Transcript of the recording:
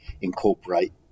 incorporate